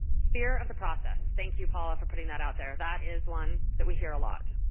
fear of the process. thank you, paula, for putting that out there. that is one that we hear a lot.